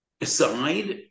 aside